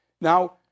Now